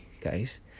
guys